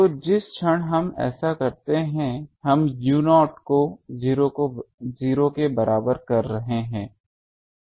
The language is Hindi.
तो जिस क्षण हम ऐसा करते हैं हम u0 को 0 के बराबर कर रहे हैं